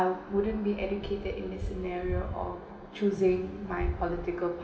wouldn't been educated in the scenario on choosing my political